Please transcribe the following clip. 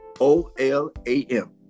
O-L-A-M